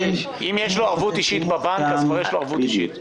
אם יש לו ערבות אישית בבנק אז כבר יש לו ערבות אישית.